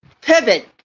pivot